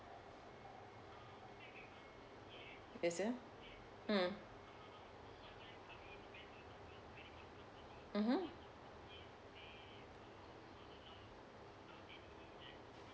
yes ah mm mmhmm